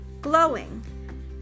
glowing